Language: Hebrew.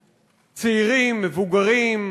צעירים, מבוגרים,